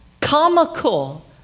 comical